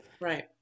right